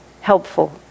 helpful